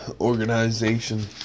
organization